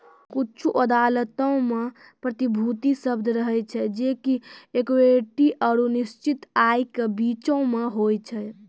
कुछु अदालतो मे प्रतिभूति शब्द रहै छै जे कि इक्विटी आरु निश्चित आय के बीचो मे होय छै